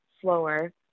slower